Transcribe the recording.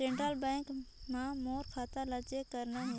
Central bank मां मोर खाता ला चेक करना हे?